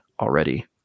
already